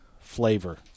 flavor